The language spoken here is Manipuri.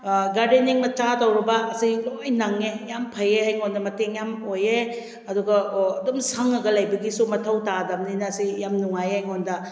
ꯒꯥꯔꯗꯦꯅꯤꯡ ꯃꯆꯥ ꯇꯧꯔꯨꯕ ꯑꯁꯤ ꯂꯣꯏꯅ ꯅꯪꯉꯦ ꯌꯥꯝꯅ ꯐꯩꯌꯦ ꯑꯩꯉꯣꯟꯗ ꯃꯇꯦꯡ ꯌꯥꯝꯅ ꯑꯣꯏꯌꯦ ꯑꯗꯨꯒ ꯑꯗꯨꯝ ꯁꯪꯉꯒ ꯂꯩꯕꯒꯤꯁꯨ ꯃꯊꯧ ꯇꯥꯗꯕꯅꯤꯅ ꯑꯁꯤ ꯌꯥꯝꯅ ꯅꯨꯡꯉꯥꯏꯌꯦ ꯑꯩꯉꯣꯟꯗ